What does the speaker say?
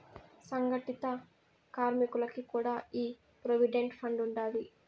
సంగటిత కార్మికులకి కూడా ఈ ప్రోవిడెంట్ ఫండ్ ఉండాది